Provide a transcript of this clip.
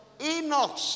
Enoch